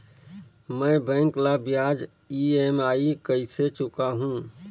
मैं बैंक ला ब्याज ई.एम.आई कइसे चुकाहू?